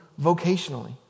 vocationally